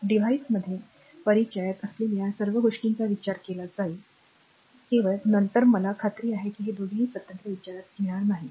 डिव्हाइसमध्ये परिचयात असलेल्या सर्व गोष्टींचा विचार केला जाईल केवळ नंतर मला खात्री आहे की दोघेही स्वतंत्र विचारात घेणार नाहीत